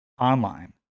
online